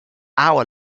hour